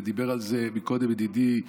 ודיבר על זה קודם ידידי בצלאל,